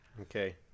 Okay